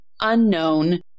unknown